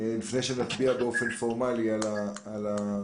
לפני שנצביע בוועדה באופן פורמלי על הצו.